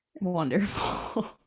wonderful